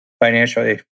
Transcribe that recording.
financially